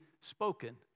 spoken